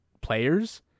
players